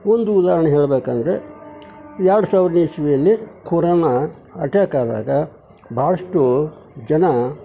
ಒಂದು ಉದಾಹರಣೆ ಹೇಳಬೇಕಂದ್ರೆ ಎರಡು ಸಾವಿರ್ದ ಇಸವಿಯಲ್ಲಿ ಕೊರೋನ ಅಟ್ಯಾಕ್ ಆದಾಗ ಬಹಳಷ್ಟು ಜನ